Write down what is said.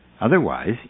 Otherwise